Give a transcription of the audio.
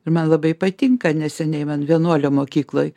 ir man labai patinka neseniai man vienuolio mokykloj